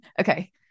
Okay